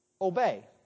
Obey